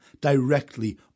directly